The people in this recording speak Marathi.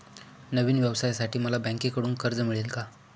नवीन व्यवसायासाठी मला बँकेकडून कर्ज मिळेल का?